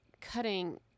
cutting